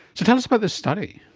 so tell us about this study.